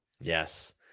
Yes